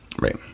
Right